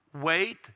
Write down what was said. Wait